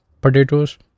potatoes